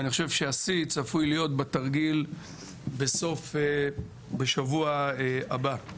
אני חושב שהשיא צפוי להיות בתרגיל בשבוע הבא.